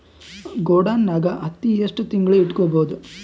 ಗೊಡಾನ ನಾಗ್ ಹತ್ತಿ ಎಷ್ಟು ತಿಂಗಳ ಇಟ್ಕೊ ಬಹುದು?